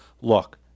look